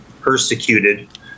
persecuted